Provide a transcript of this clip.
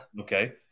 Okay